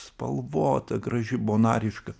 spalvota graži bonariška